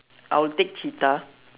I will take cheetah